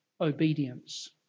obedience